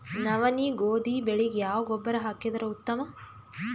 ನವನಿ, ಗೋಧಿ ಬೆಳಿಗ ಯಾವ ಗೊಬ್ಬರ ಹಾಕಿದರ ಉತ್ತಮ?